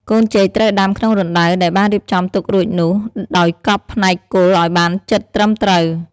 កូនចេកត្រូវដាំក្នុងរណ្តៅដែលបានរៀបចំទុករួចនោះ ដោយកប់ផ្នែកគល់ឱ្យបានជិតត្រឹមត្រូវ។